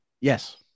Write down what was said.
Yes